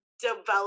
develop